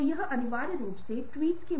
और यह हमारे हालिया प्रकाशन मे से एक है